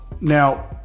Now